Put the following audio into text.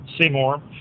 Seymour